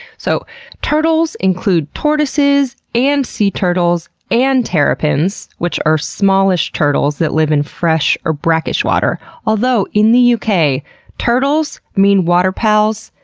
so turtles include tortoises and sea turtles and terrapins, which are smallish turtles that live in fresh or brackish water. although, in the yeah uk, turtles mean water pals,